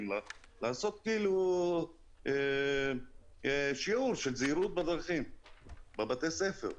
אבל צריך להיות שיעור בבתי הספר של זהירות בדרכים.